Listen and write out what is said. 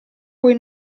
puoi